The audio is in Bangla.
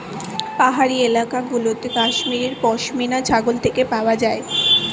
পাহাড়ি এলাকা গুলোতে কাশ্মীর পশমিনা ছাগল থেকে পাওয়া যায়